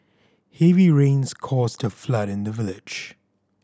heavy rains caused a flood in the village